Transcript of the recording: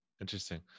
interesting